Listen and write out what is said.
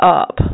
up